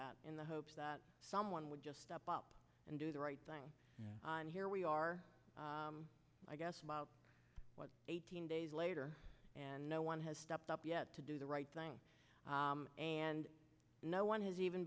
at in the hopes that someone would just step up and do the right thing and here we are i guess about eighteen days later and no one has stepped up yet to do the right thing and no one has even